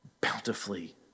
bountifully